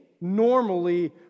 normally